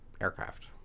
aircraft